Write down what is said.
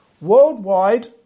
worldwide